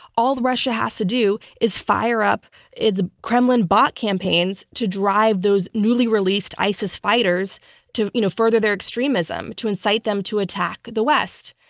all that russia has to do is fire up its kremlin bot campaigns to drive those newly-released isis fighters to you know further their extremism, to incite them to attack the west.